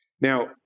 Now